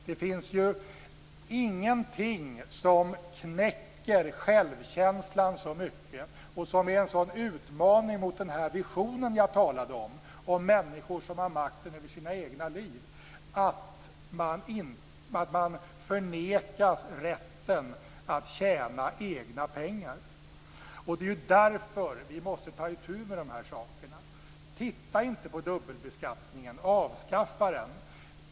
Det finns ingenting som knäcker självkänslan så mycket och som är en sådan utmaning mot den vision om människor som har makten över sina egna liv som jag talade om, som att man förnekas rätten att tjäna egna pengar. Det är därför vi måste ta itu med de här sakerna. Titta inte på dubbelbeskattningen - avskaffa den!